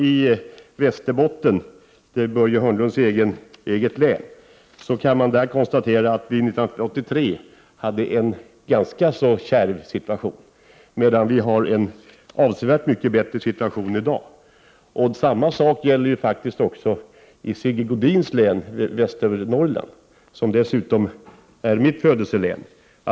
I Västerbotten, Börje Hörnlunds eget län, var det 1983 en ganska kärv situation. Den är avsevärt mycket bättre i dag. Samma sak gäller Sigge Godins län, Västernorrland, som dessutom är mitt födelselän.